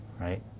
right